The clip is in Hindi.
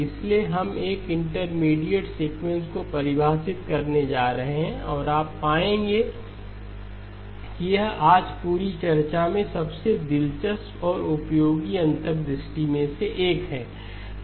इसलिए हम एक इंटरमीडिएट सीक्वेंस को परिभाषित करने जा रहे हैं और आप पाएंगे कि यह आज पूरी चर्चा में सबसे दिलचस्प और उपयोगी अंतर्दृष्टि में से एक है